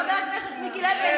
חבר הכנסת מיקי לוי.